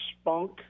spunk